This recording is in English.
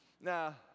Now